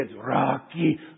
Rocky